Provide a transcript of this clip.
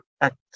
act